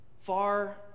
Far